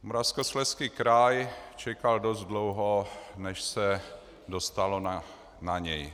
Moravskoslezský kraj čekal dost dlouho, než se dostalo na něj.